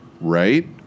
right